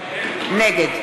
נגד